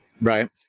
Right